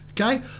Okay